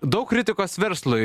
daug kritikos verslui